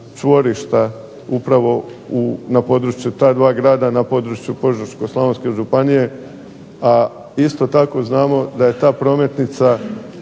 čvorišta upravo na području ta dva grada, na području Požeško-slavonske županije, a isto tako znamo da je ta prometnica